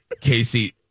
Casey